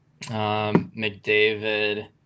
McDavid